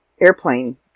airplane